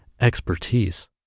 expertise